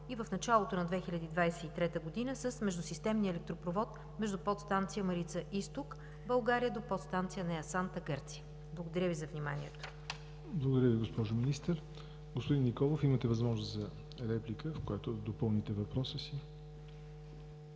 в началото на 2023 г. с междусистемния електропровод между подстанция „Марица изток“ в България до подстанция „Неа Санта“ в Гърция. Благодаря Ви за вниманието. ПРЕДСЕДАТЕЛ ЯВОР НОТЕВ: Благодаря Ви, госпожо Министър. Господин Николов, имате възможност за реплика, в която да допълните въпроса си.